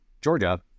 Georgia